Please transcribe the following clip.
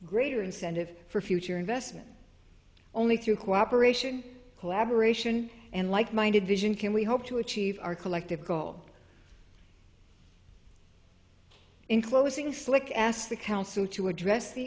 greater incentive for future investment only through cooperation collaboration and like minded vision can we hope to achieve our collective goal in closing slick asked the council to address the